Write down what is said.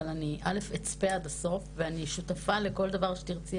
אני אצפה עד הסוף ואני שותפה לכל דבר שתרצי,